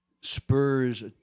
spurs